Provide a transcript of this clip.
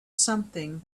something